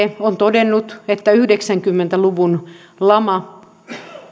on todennut että yhdeksänkymmentä luvun lama